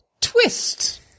Twist